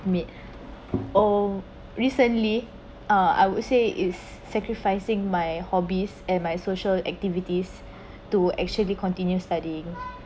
made or recently uh I would say is sacrificing my hobbies and my social activities to actually continue studying